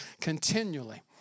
continually